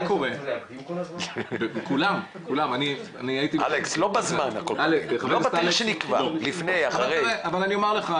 אני אומר לך,